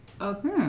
Okay